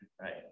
right